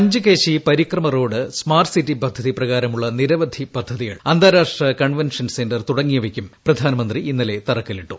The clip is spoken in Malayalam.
പഞ്ച്കേശി പരിക്രമ റോഡ് സ്മാർട്ട്സിറ്റി പദ്ധതി പ്രകാരമുള്ള നിരവധി പദ്ധതികൾ അന്താരാഷ്ട്ര കൺവെൻഷൻ സെന്റർ തുടങ്ങിയവയ്ക്കും പ്രധാനമന്ത്രി ഇന്നലെ തറക്കല്ലിട്ടു